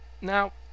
Now